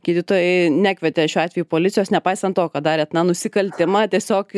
gydytojai nekvietė šiuo atveju policijos nepaisant to ką darėt na nusikaltimą tiesiog